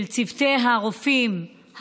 של צוותי הרופאים,